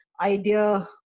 idea